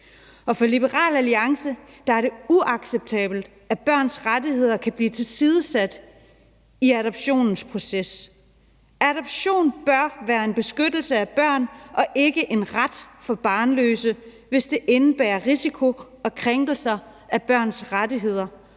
For Liberal Alliance er det uacceptabelt, at børns rettigheder kan blive tilsidesat i adoptionsprocessen. En adoption bør være en beskyttelse af børn og ikke en ret for barnløse, hvis det indebærer en risiko for krænkelser af børns rettigheder,